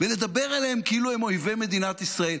ולדבר אליהם כאילו הם אויבי מדינת ישראל.